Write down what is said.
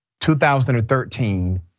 2013